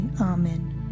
Amen